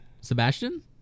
Sebastian